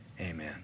amen